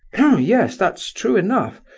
yeah yes, that's true enough.